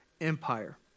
empire